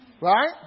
Right